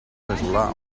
casolà